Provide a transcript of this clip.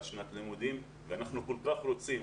שנת לימודים למרות שאנחנו כל כך רוצים.